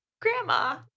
grandma